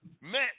met